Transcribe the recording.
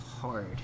hard